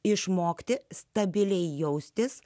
išmokti stabiliai jaustis